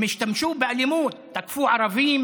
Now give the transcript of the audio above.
הם השתמשו באלימות, תקפו ערבים